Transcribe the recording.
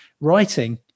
writing